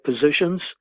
positions